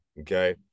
okay